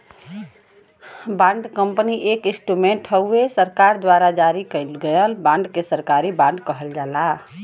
bond company एक instrument हउवे सरकार द्वारा जारी कइल गयल बांड के सरकारी बॉन्ड कहल जाला